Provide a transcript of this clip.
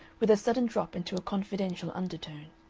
with a sudden drop into a confidential undertone,